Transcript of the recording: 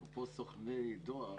אפרופו סוכני דואר,